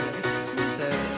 exclusive